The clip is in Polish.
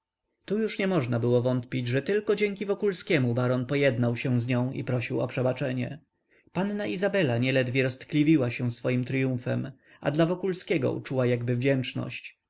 tu już nie można było wątpić że tylko dzięki wokulskiemu baron pojednał się z nią i prosił o przebaczenie panna izabela nieledwie roztkliwiła się swoim tryumfem a dla wokulskiego uczuła jakby wdzięczność